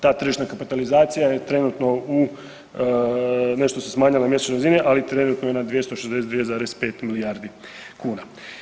Ta tržišna kapitalizacija je trenutno nešto se smanjila na mjesečnoj razini, ali trenutno je na 262,5 milijardi kuna.